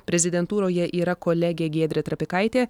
prezidentūroje yra kolegė giedrė trapikaitė